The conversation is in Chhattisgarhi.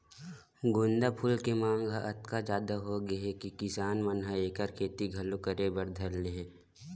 गोंदा फूल के मांग ह अतका जादा होगे हे कि किसान मन ह एखर खेती घलो करे बर धर ले हे